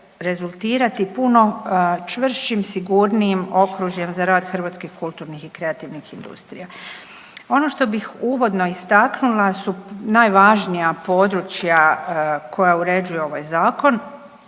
rezultirati puno čvršćim, sigurnijim okružjem za rad hrvatskih kulturnih i kreativnih industrija. Ono što bih uvodno istaknula su najvažnija područja koja uređuje ovaj Zakon.